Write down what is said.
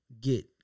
get